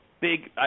big –